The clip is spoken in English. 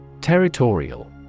Territorial